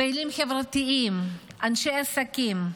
לפעילים חברתיים, לאנשי עסקים.